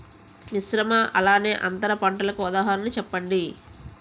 మిశ్రమ అలానే అంతర పంటలకు ఉదాహరణ చెప్పండి?